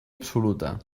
absoluta